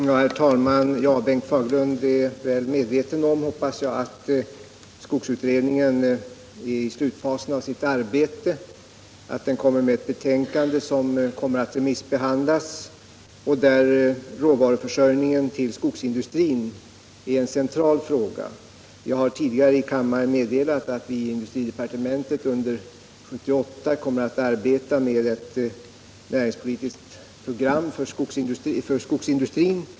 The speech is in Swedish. Herr talman! Jag hoppas att Bengt Fagerlund är väl medveten om att skogsutredningen är i slutfasen av sitt arbete och att den kommer med ett betänkande som skall remissbehandlas. Försörjningen med råvaror till skogsindustrin är där en central fråga. Tidigare har jag här i kammaren meddelat att vi i industridepartementet under 1978 kommer att arbeta med ett näringspolitiskt program för skogsindustrin.